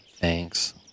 Thanks